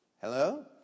Hello